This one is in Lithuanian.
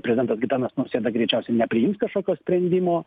prezidentas gitanas nausėda greičiausiai nepriims kažkokio sprendimo